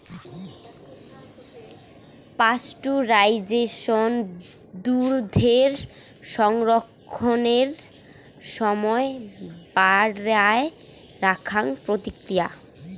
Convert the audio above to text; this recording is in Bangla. পাস্টুরাইজেশন দুধের রক্ষণের সমায় বাড়েয়া রাখং প্রক্রিয়া